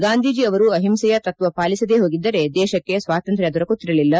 ಗಾಂಧೀಜಿ ಅವರು ಅಹಿಂಸೆಯ ತತ್ವ ಪಾಲಿಸದೇ ಹೋಗಿದ್ದರೆ ದೇಶಕ್ಕೆ ಸ್ವಾತಂತ್ರ್ತ ದೊರಕುತ್ತಿರಲಿಲ್ಲ